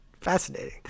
fascinating